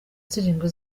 zirindwi